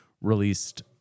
released